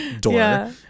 door